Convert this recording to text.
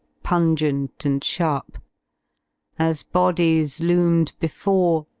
pungent and sharp as bodies loomed before.